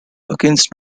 against